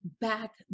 back